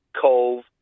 Cove